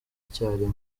icyarimwe